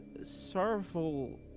Sorrowful